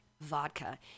vodka